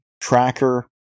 tracker